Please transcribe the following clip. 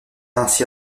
ainsi